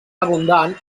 abundant